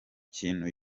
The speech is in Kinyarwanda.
kintu